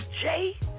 Jay